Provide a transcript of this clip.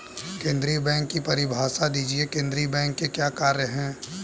केंद्रीय बैंक की परिभाषा दीजिए केंद्रीय बैंक के क्या कार्य हैं?